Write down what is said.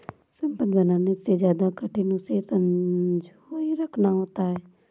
संपत्ति बनाने से ज्यादा कठिन उसे संजोए रखना होता है